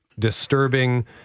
disturbing